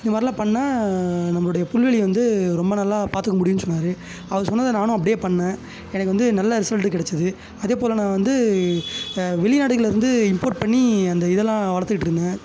அந்த மாதிரிலாம் பண்ணால் நம்மளுடைய புல்வெளியை வந்து ரொம்ப நல்லா பார்த்துக்க முடியும்னு சொன்னார் அவர் சொன்னதை நானும் அப்படியே பண்ணிணேன் எனக்கு வந்து நல்ல ரிசல்ட்டு கிடைச்சிது அதே போல் நான் வந்து வெளி நாடுகளில் இருந்து இம்போர்ட் பண்ணி அந்த இதெல்லாம் வளர்த்துகிட்டு இருந்தேன்